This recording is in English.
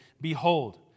Behold